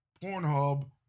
Pornhub